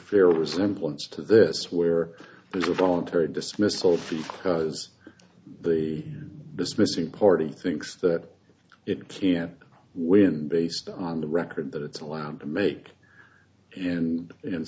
fairly resemblance to this where there's a voluntary dismissal cuz the dismissing party thinks that it can't win based on the record that it's allowed to make and and